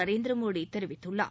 நரேந்திரமோடி தெரிவித்துள்ளார்